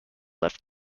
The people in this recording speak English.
left